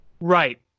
right